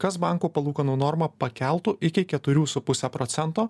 kas banko palūkanų normą pakeltų iki keturių su puse procento